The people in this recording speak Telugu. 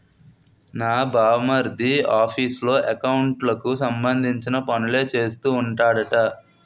నా బావమరిది ఆఫీసులో ఎకౌంట్లకు సంబంధించిన పనులే చేస్తూ ఉంటాడట